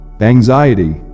anxiety